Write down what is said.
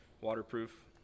Waterproof